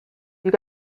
you